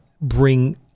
bring